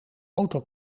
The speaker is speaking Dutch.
auto